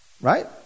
Right